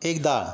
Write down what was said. एक डाळ